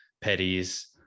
Petty's